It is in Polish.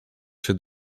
się